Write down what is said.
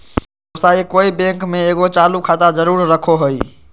व्यवसायी कोय बैंक में एगो चालू खाता जरूर रखो हइ